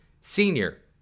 Senior